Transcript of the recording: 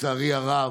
לצערי הרב.